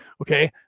okay